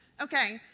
Okay